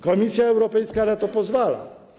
Komisja Europejska na to pozwala.